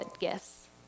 gifts